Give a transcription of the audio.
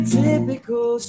typical